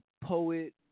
poet